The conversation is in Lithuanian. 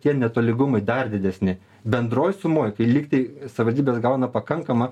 tie netolygumai dar didesni bendroj sumoj kai lyg tai savivaldybės gauna pakankamą